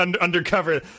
undercover